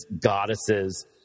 goddesses